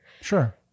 Sure